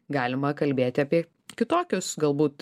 galima kalbėti apie kitokius galbūt